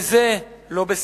וזה לא בסדר.